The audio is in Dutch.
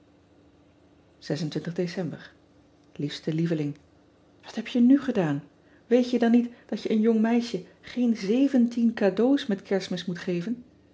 ecember iefste lieveling at heb je nu gedaan eet je dan niet dat je een jong meisje geen cadeaux met erstmis moet geven